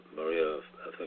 Maria